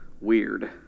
weird